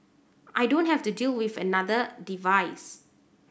i don't have to deal with yet another device